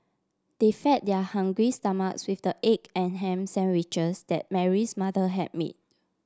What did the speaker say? they fed their hungry stomachs with the egg and ham sandwiches that Mary's mother had made